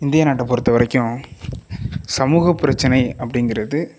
இந்திய நாட்டைப் பொறுத்தவரைக்கும் சமூகப் பிரச்சனை அப்படிங்கிறது